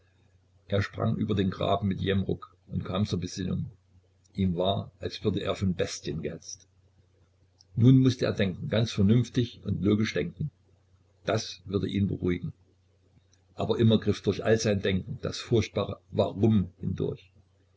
er sprang über den graben mit jähem ruck und kam zur besinnung ihm war als würde er von bestien gehetzt nun mußte er denken ganz vernünftig und logisch denken das würde ihn beruhigen aber immer griff durch all sein denken das furchtbare warum hindurch